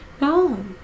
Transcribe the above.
No